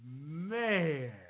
Man